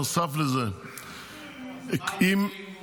נוסף על זה --- מה יקרה אם הוא